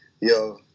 yo